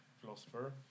philosopher